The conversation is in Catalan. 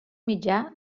mitjà